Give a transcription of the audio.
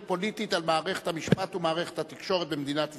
פוליטית על מערכת המשפט ומערכת התקשורת במדינת ישראל,